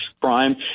crime